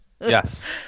Yes